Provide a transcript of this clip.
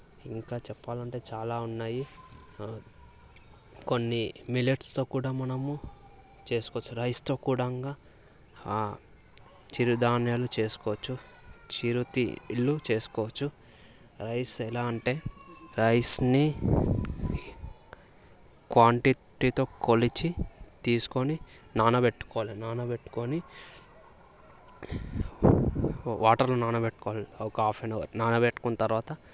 ఇంకా చెప్పాలంటే చాలా ఉన్నాయి కొన్ని మిల్లెట్స్తో కూడా మనము చేసుకోవచ్చు రైస్తో కూడా ఇంకా చిరుధాన్యాలు చేసుకోవచ్చు చిరుతిళ్ళు చేసుకోవచ్చు రైస్ ఎలా అంటే రైస్ని క్వాంటిటీతో కొలిచి తీసుకొని నానబెట్టుకోవాలి నానబెట్టుకొని వాటార్లో నానబెట్టుకోవాలి ఒక హాఫ్ ఎన్ అవర్ నానబెట్టుకున్న తర్వాత